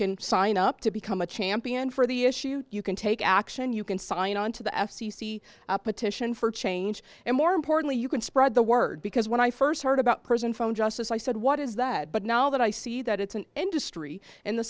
can sign up to become a champion for the issue you can take action you can sign on to the f c c petition for change and more importantly you can spread the word because when i first heard about prison from justice i said what is that but now that i see that it's an industry in the